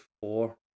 four